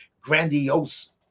grandiose